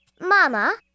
Mama